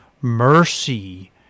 mercy